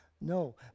No